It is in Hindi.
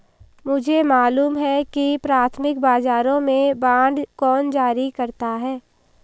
मुझे मालूम है कि प्राथमिक बाजारों में बांड कौन जारी करता है